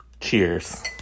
Cheers